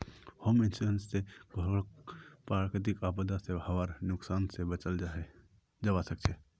home insurance स घरक प्राकृतिक आपदा स हबार नुकसान स बचाल जबा सक छह